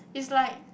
is like